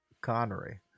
Connery